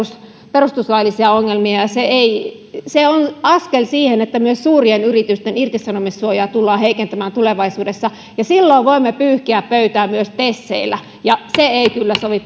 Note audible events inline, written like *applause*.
perustuslaillisia ongelmia se on askel siihen että myös suurien yritysten irtisanomissuojaa tullaan heikentämään tulevaisuudessa ja silloin voimme pyyhkiä pöytää myös teseillä ja se ei kyllä sovi *unintelligible*